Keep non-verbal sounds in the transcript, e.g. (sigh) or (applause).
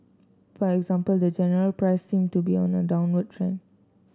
for example the general price seem to be on a (unintelligible) trend